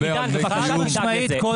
עידן, בבקשה, תשמע את זה.